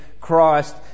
Christ